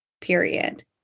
period